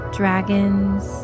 dragons